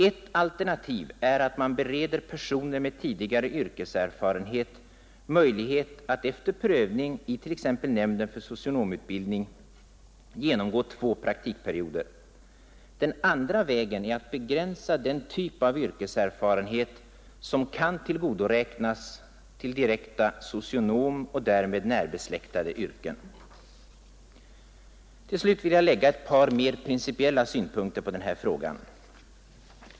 Ett alternativ är att man bereder personer med tidigare yrkeserfarenhet tillfälle att efter prövning i t.ex. nämnden för socionomutbildning genomgå två praktikperioder. Den andra vägen är att begränsa den typ av yrkeserfarenhet som kan tillgodoräknas i direkta socionomyrken och därmed närbesläktade yrken. Till slut vill jag lägga ett par mer principiella synpunkter på den här frågan.